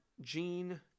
Jean